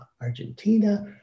Argentina